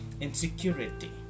insecurity